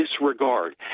disregard